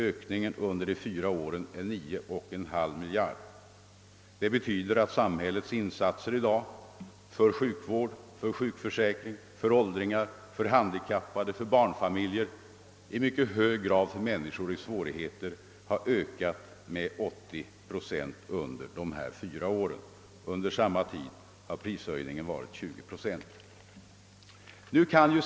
Ökningen under de fyra åren uppgår till 9! :/> miljarder kronor. Detta betyder att samhällets insatser i dag för sjukvård, för sjukförsäkring, för åldringar, för handikappade och för barnfamiljer och för människor med svårigheter ökat med 80 procent under dessa fyra år. Under samma tid har prishöjningen varit 20 procent.